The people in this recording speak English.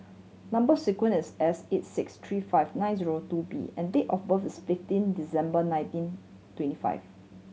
number sequence is S eight six three five nine zero two B and date of birth is fifteen December nineteen twenty five